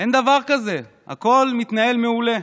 אין דבר כזה, הכול מתנהל מעולה.